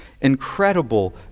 incredible